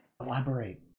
Elaborate